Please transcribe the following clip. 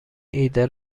ایده